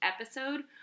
episode